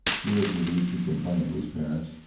to his relief she complained to his parents,